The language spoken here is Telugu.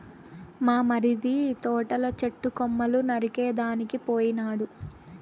మా మరిది తోటల చెట్టు కొమ్మలు నరికేదానికి పోయినాడు